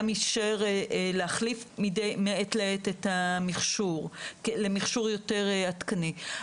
אישר להחליף מעת לעת את המכשור למכשור יותר עדכני.